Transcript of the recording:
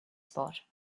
spot